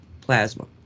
plasma